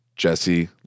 jesse